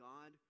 God